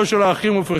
לא של האחים עופר,